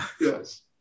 Yes